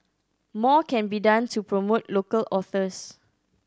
more can be done to promote local authors